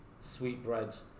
sweetbreads